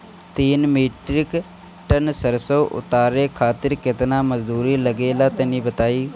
तीन metric tonne सरसो उतारे खातिर केतना मजदूरी लगे ला तनि बताई?